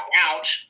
out